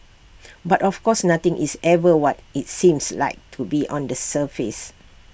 but of course nothing is ever what IT seems like to be on the surface